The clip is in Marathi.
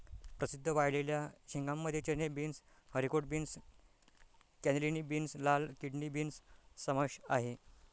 प्रसिद्ध वाळलेल्या शेंगांमध्ये चणे, beans, haricot beans, cannellini beans, लाल किडनी बीन्स समावेश आहे